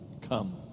come